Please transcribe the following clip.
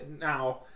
now